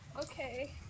Okay